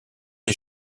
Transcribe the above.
des